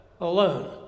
alone